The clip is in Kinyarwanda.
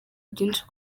byinshi